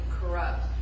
corrupt